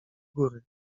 góry